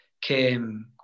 came